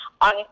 on